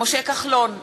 משה כחלון,